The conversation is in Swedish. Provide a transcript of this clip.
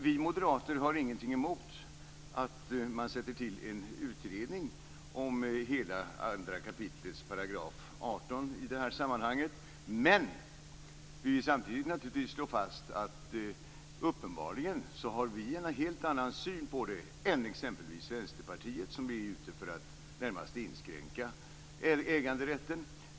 Vi moderater har ingenting emot att man sätter till en utredning om hela andra kapitlets artonde paragraf, men vi vill samtidigt slå fast att vi uppenbarligen har en helt annan syn än exempelvis Vänsterpartiet, som är ute för att närmast inskränka äganderätten.